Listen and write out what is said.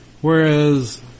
whereas